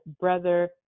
Brother